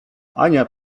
ania